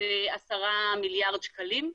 זה 10 מיליארד שקלים.